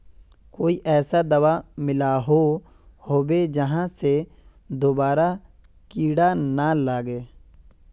कोई ऐसा दाबा मिलोहो होबे जहा से दोबारा कीड़ा ना लागे?